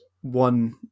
one